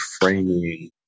framing